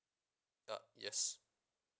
uh yes